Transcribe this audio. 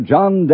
John